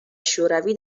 شوروی